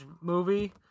movie